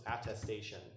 attestation